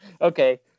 okay